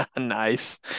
Nice